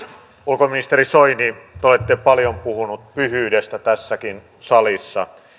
ulkoministeri soini te olette paljon puhunut pyhyydestä tässäkin salissa